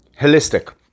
Holistic